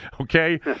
okay